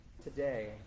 today